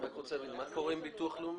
מה קורה עם ביטוח לאומי?